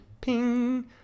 ping